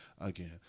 again